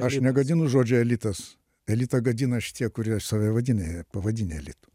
aš negadinu žodžio elitas elitą gadina šitie kurie save vadina jie pavadinę elitu